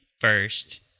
first